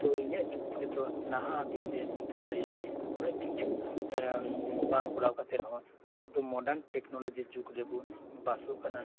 ᱛᱚ ᱤᱧᱟᱹᱜ ᱡᱩᱠᱛᱤ ᱛᱮᱫᱚ ᱱᱟᱦᱟᱜ ᱫᱤᱱ ᱨᱮ ᱱᱤᱛᱳᱜ ᱮ ᱞᱟᱹᱭᱟ ᱩᱱᱟᱹᱜ ᱠᱤᱪᱷᱩ ᱵᱟᱝ ᱠᱚᱨᱟᱣ ᱠᱟᱛᱮᱫ ᱦᱚᱸ ᱱᱤᱛᱟᱹᱜ ᱫᱚ ᱢᱳᱰᱟᱨᱱ ᱴᱮᱠᱱᱳᱞᱳᱜᱤ ᱡᱮ ᱡᱩᱜᱽ ᱨᱮᱵᱚ ᱵᱟᱥᱚᱜ ᱠᱟᱱᱟ